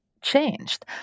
changed